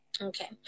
okay